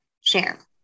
share